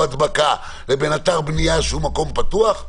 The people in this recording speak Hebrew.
הדבקה לבין אתר בנייה שהוא מקום פתוח?